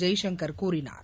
ஜெய்ஷங்கர் கூறினார்